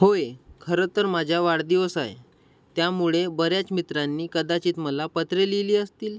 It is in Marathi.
होय खरं तर माझ्या वाढदिवस आहे त्यामुळे बऱ्याच मित्रांनी कदाचित मला पत्रे लिहिली असतील